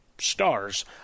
stars